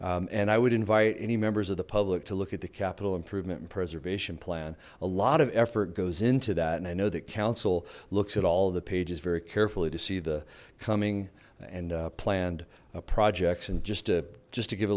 improvements and i would invite any members of the public to look at the capital improvement and preservation plan a lot of effort goes into that and i know that council looks at all the pages very carefully to see the coming and planned projects and just to just to give